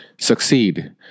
succeed